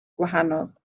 gwahanol